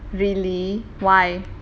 really why